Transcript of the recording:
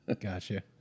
gotcha